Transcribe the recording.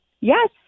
Yes